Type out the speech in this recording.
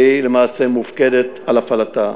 שהיא למעשה מופקדת על הפעלתה.